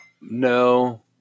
No